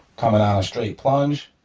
coming at a straight plunge.